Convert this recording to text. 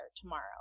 tomorrow